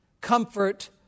comfort